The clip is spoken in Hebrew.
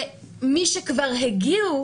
ובעבור מי שכבר הגיעו